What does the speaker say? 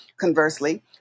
Conversely